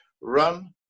run